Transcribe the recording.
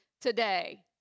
today